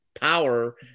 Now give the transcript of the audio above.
power